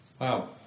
Wow